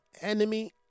enemy